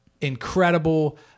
incredible